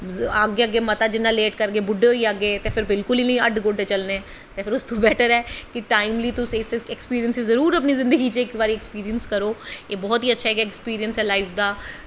अग्गें अग्गें जिन्ना मता लेट करगे बुड्ढे गोई जाह्गे ते फिर बिल्कुल निं हड्ड गोडे चलने ते उस तो बैटर ऐ टाईमली तुस अक्सपिरिंस गी तुस जरूर जिन्दगी च करो एह् बौह्त ही अच्छा इक अक्सपिरिंस ऐ लाइफ दा